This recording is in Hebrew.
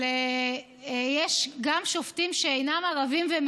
אבל יש גם שופטים שאינם ערבים והם